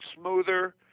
smoother